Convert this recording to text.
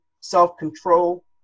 self-control